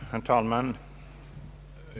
Herr talman!